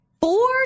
four